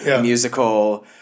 musical